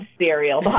cereal